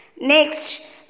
Next